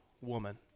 woman